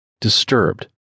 Disturbed